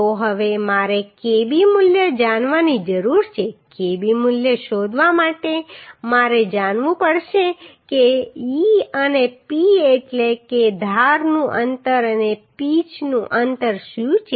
તો હવે મારે kb મૂલ્ય જાણવાની જરૂર છે kb મૂલ્ય શોધવા માટે મારે જાણવું પડશે કે e અને p એટલે કે ધારનું અંતર અને પિચનું અંતર શું છે